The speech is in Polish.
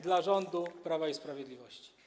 do rządu Prawa i Sprawiedliwości.